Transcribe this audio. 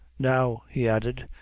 now, he added,